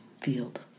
field